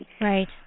Right